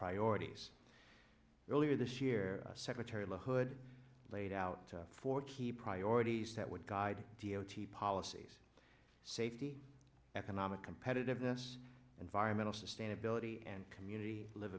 priorities earlier this year secretary la hood laid out for key priorities that would guide d o t policies safety economic competitiveness environmental sustainability and community liv